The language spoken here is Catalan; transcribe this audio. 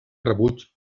rebuig